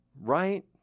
Right